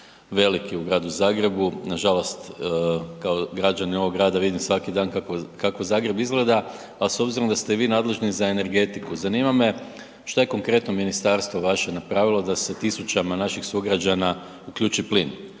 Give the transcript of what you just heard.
veliki u Gradu Zagrebu. Nažalost kao građanin ovog grada vidim svaki dan kako, kako Zagreb izgleda, pa s obzirom da ste vi nadležni za energetiku, zanima me šta je konkretno ministarstvo vaše napravilo da se tisućama naših sugrađana uključi plin?